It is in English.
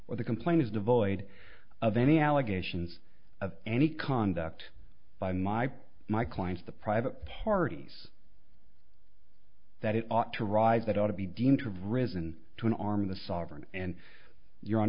or the complaint is devoid of any allegations of any conduct by my my clients the private parties that it ought to rise that ought to be deemed to risen to an arm the sovereign and your o